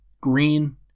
Green